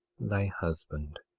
thy husband,